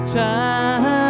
time